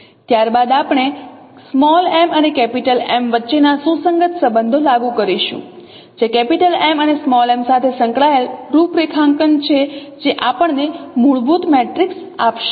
ત્યારબાદ અમે M અને m વચ્ચેના સુસંગત સંબંધો લાગુ કરીશું જે M અને m સાથે સંકળાયેલ રૂપરેખાંકન છે જે આપણને મૂળભૂત મેટ્રિક્સ આપશે